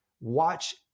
watch